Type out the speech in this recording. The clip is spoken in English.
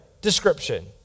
description